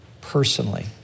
personally